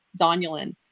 zonulin